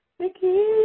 Vicky